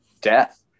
death